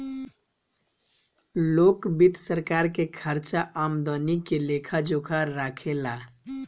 लोक वित्त सरकार के खर्चा आमदनी के लेखा जोखा राखे ला